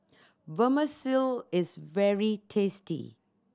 Vermicelli is very tasty